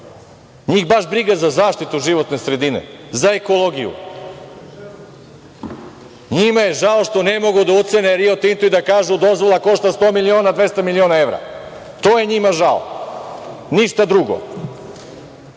Njih baš briga za zaštitu životne sredine, za ekologiju. Njima je žao što ne mogu da ucene "Rio Tinto" i da kažu - dozvola košta 100 miliona, 200 miliona evra. To je njima žao. Ništa